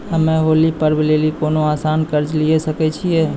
हम्मय होली पर्व लेली कोनो आसान कर्ज लिये सकय छियै?